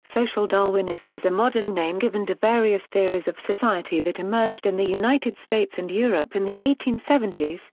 social darwinism is a modern name given to various theories of society that emerged in the united states and europe in the eighteen seventy s,